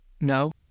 no